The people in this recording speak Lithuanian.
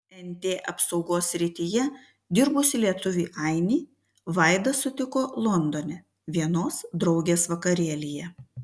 nt apsaugos srityje dirbusį lietuvį ainį vaida sutiko londone vienos draugės vakarėlyje